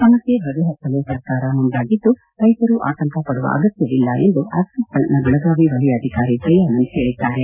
ಸಮಸ್ಯೆ ಬಗೆಹರಿಸಲು ಸರ್ಕಾರ ಮುಂದಾಗಿದ್ದು ರೈತರು ಆತಂಕ ಪಡುವ ಅಗತ್ಯವಿಲ್ಲ ಎಂದು ಆ್ಟಿಕ್ಸ್ ಬ್ಯಾಂಕ್ನ ಬೆಳಗಾವಿ ವಲಯ ಅಧಿಕಾರಿ ದಯಾನಂದ್ ಹೇಳಿದ್ದಾರೆ